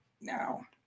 Now